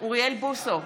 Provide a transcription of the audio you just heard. אוריאל בוסו,